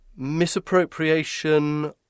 misappropriation